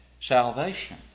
salvation